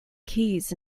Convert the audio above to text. keys